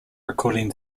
recording